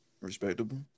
Respectable